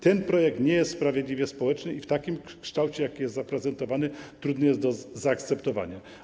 Ten projekt nie jest sprawiedliwy społecznie i w takim kształcie, w jakim jest zaprezentowany, trudny jest do zaakceptowania.